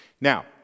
Now